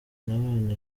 abana